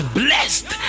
blessed